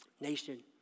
nation